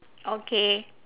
okay